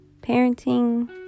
parenting